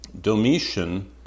Domitian